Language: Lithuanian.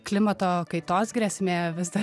klimato kaitos grėsmė vis dar